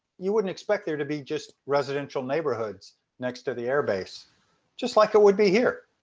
you wouldn't expect there to be just residential neighborhoods next to the air base just like it would be here.